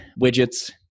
widgets